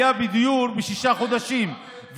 לא יכול להיות מצב של עלייה בדיור בשישה חודשים,